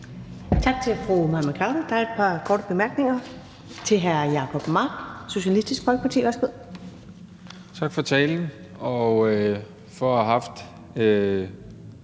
Tak til fru Mai Mercado. Der er et par korte bemærkninger. Først er det hr. Jacob Mark, Socialistisk Folkeparti. Værsgo.